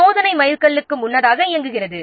சோதனை மைல்கல்லுக்கு முன்னதாக இயங்குகிறது